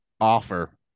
offer